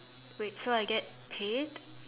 wait so I get paid